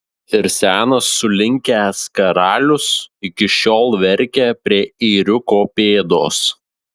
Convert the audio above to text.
ir senas sulinkęs karalius iki šiol verkia prie ėriuko pėdos